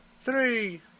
three